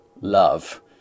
love